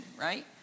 right